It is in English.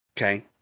Okay